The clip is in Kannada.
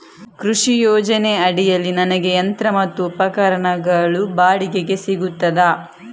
ಕೃಷಿ ಯೋಜನೆ ಅಡಿಯಲ್ಲಿ ನನಗೆ ಯಂತ್ರ ಮತ್ತು ಉಪಕರಣಗಳು ಬಾಡಿಗೆಗೆ ಸಿಗುತ್ತದಾ?